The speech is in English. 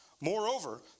Moreover